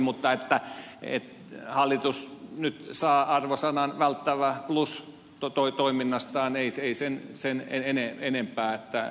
mutta hallitus saa nyt arvosanan välttävä plus toiminnastaan ei sen enempää